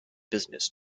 business